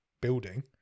building